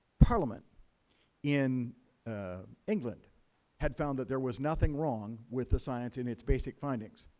parliament in england had found that there was nothing wrong with the science in its basic findings.